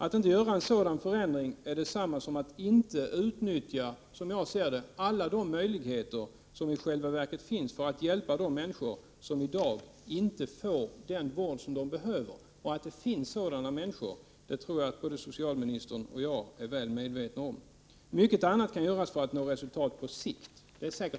Att inte göra sådana ändringar är detsamma som att inte utnyttja, som jag ser det, alla de möjligheter som i själva verket finns för att hjälpa de människor som i dag inte får den vård som de behöver. Jag tror att både socialministern och jag är väl medvetna om att det finns sådana människor i dag. Mycket kan göras för att nå resultat på sikt.